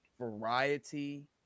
Variety